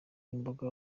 imboga